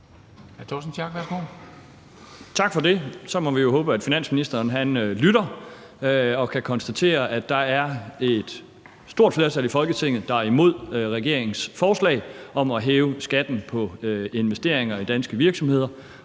Tak for det. Så må vi jo håbe, at finansministeren lytter og kan konstatere, at der er et stort flertal i Folketinget, der er imod regeringens forslag om at hæve skatten på investeringer i danske virksomheder,